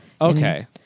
Okay